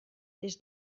des